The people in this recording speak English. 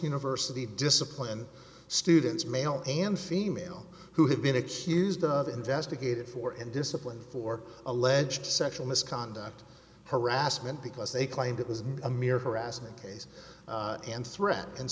university discipline students male and female who have been accused of investigated for and disciplined for alleged sexual misconduct harassment because they claimed it was a mere harassment case and threat and